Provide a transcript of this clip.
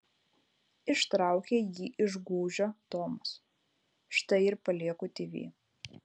ištraukė jį iš gūžio tomas štai ir palieku tv